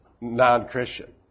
non-Christian